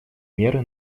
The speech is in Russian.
меры